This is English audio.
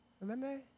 remember